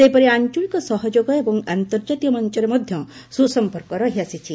ସେହିପରି ଆଞ୍ଚଳିକ ସହଯୋଗ ଏବଂ ଅନ୍ତର୍ଜାତୀୟ ମଞ୍ଚରେ ମଧ୍ୟ ସୁସମ୍ପର୍କ ରହିଆସିଛି